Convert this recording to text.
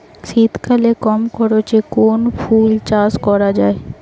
শীতকালে কম খরচে কোন কোন ফুল চাষ করা য়ায়?